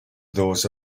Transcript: those